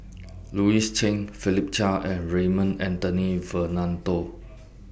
Louis Chen Philip Chia and Raymond Anthony Fernando